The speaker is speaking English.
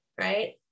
Right